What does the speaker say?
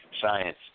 science